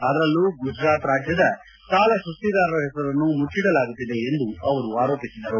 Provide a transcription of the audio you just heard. ಅದರಲ್ಲೂ ಗುಜರಾತ್ ಗರಾಜ್ಯದ ಸಾಲ ಸುಸ್ತಿದಾರರ ಹೆಸರನ್ನು ಮುಚ್ಚಿಡಲಾಗುತ್ತಿದೆ ಎಂದು ಅವರು ಆರೋಪಿಸಿದರು